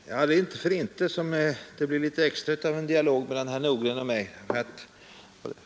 Herr talman! Det är inte för inte som det blir en liten extra dialog mellan herr Nordgren och mig.